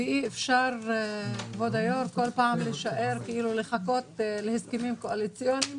ואי-אפשר כל פעם לחכות להסכמים קואליציוניים